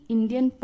Indian